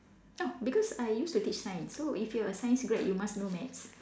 ah because I used to teach science so if you are a science grad you must know maths